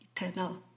eternal